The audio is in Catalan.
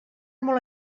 molt